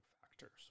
factors